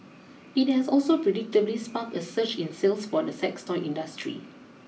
it has also predictably sparked a surge in sales for the sex toy industry